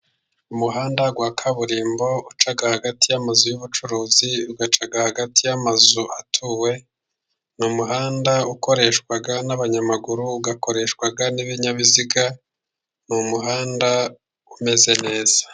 Umuhanda wa kaburimbo uca hagati y'amazu y'ubucuruzi, ugaca hagati y'amazu atuwe, ni umuhanda ukoreshwa n'abanyamaguru, ugakoreshwa ni ibinyabiziga, ni umuhanda umeze neza.